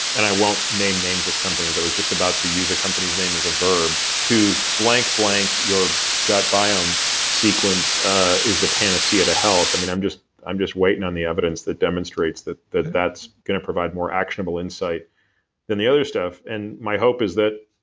and i won't name names of companies. i was just about to use a company's name as a verb to blank blank your gut biome sequence is the panacea to health. i'm just i'm just waiting on the evidence that demonstrates that that that's gonna provide more actionable insight than the other stuff. and my hope is that.